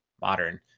modern